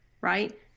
right